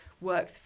work